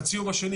השני,